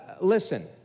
Listen